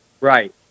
Right